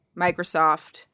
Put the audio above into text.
Microsoft